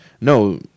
No